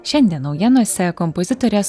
šiandien naujienose kompozitorės